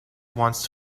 wants